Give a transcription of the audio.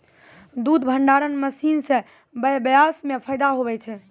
दुध भंडारण मशीन से व्यबसाय मे फैदा हुवै छै